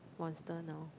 monster now